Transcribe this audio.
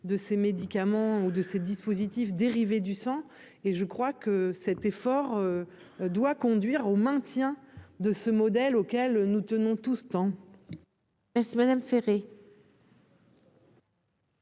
de ces médicaments ou de ces dispositifs dérivés du sang et je crois que cet effort doit conduire au maintien de ce modèle auquel nous tenons tout ce temps. Merci madame Ferré.